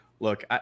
Look